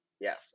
Yes